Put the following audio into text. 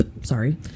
Sorry